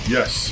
Yes